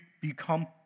become